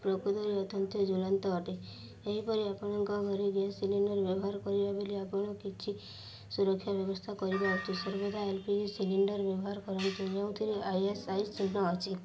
ପ୍ରକୃତରେ ଜୁଡ଼ାନ୍ତ ଅଟେ ଏହିପରି ଆପଣଙ୍କ ଘରେ ଗ୍ୟାସ୍ ସିଲିଣ୍ଡର ବ୍ୟବହାର କରିବା ବୋଲି ଆପଣ କିଛି ସୁରକ୍ଷା ବ୍ୟବସ୍ଥା କରିବା ଉଚିତ୍ ସର୍ବଦା ଏଲ ପି ଜି ସିଲିଣ୍ଡର ବ୍ୟବହାର କରନ୍ତୁ ଯେଉଁଥିରେ ଆଇ ଏସ ଆଇ ଚିହ୍ନ ଅଛି